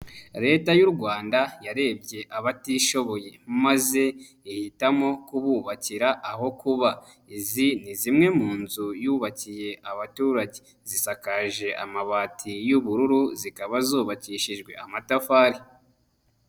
Leta y'u Rwanda yarebye abatishoboye maze ihitamo kububakira aho kuba. Izi ni zimwe mu nzu yubakiye abaturage, zisakaje amabati y'ubururu zikaba zubakishijwe amatafari.